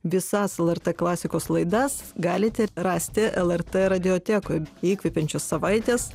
visas lrt klasikos laidas galite rasti lrt radijotekoj įkvepiančios savaitės